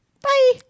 Bye